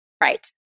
Right